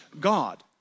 God